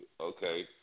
Okay